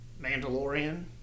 Mandalorian